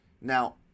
Now